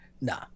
nah